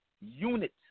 unit